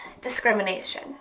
discrimination